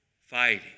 fighting